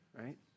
right